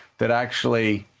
that actually